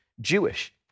Jewish